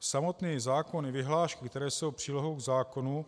Samotný zákon i vyhlášky, které jsou přílohou k zákonu,